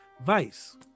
Vice